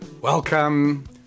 Welcome